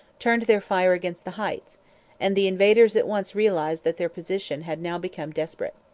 turned their fire against the heights and the invaders at once realized that their position had now become desperate.